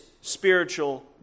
spiritual